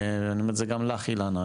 אני אומר את זה גם לך אילנה,